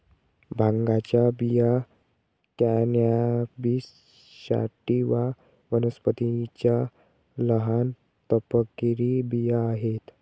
भांगाच्या बिया cannabis sativa वनस्पतीच्या लहान, तपकिरी बिया आहेत